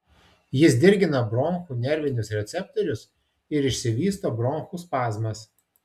jis dirgina bronchų nervinius receptorius ir išsivysto bronchų spazmas